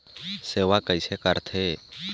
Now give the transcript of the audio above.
सेवा कइसे करथे?